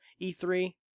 E3